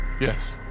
Yes